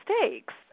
mistakes